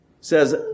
says